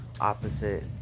opposite